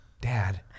Dad